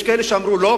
יש כאלה שאמרו: לא,